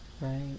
right